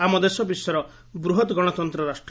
ଆମ ଦେଶ ବିଶ୍ୱର ବୃହତ ଗଣତନ୍ତ ରାଷ୍ଟ